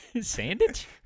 sandwich